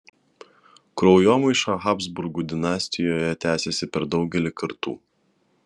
kraujomaiša habsburgų dinastijoje tęsėsi per daugelį kartų